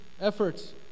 efforts